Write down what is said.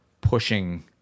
pushing